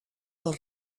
pel